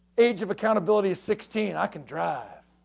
age of accountability is sixteen. i can drive.